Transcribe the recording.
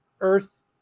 Earth